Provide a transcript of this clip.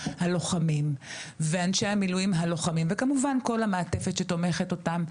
הלוחמים ואנשי המילואים הלוחמים וכמובן כל המעטפת שתומכת אותם,